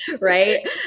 right